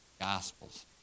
Gospels